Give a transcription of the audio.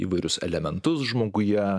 įvairius elementus žmoguje